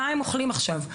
מה הם אוכלים עכשיו.